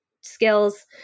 skills